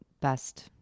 best